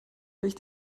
durch